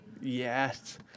Yes